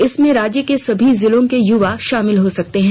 इसमें राज्य के सभी जिलों के युवा शामिल हो सकते हैं